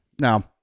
now